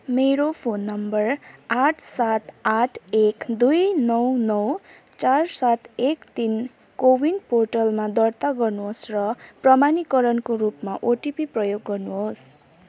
मेरो phone number आठ सात आठ एक दुई नौ नौ चार सात एक तिन कोविन पोर्टलमा दर्ता गर्नुहोस् र प्रमाणीकरणको रूपमा ओटिपी प्रयोग गर्नुहोस्